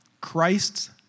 Christ's